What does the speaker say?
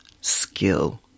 skill